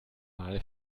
mal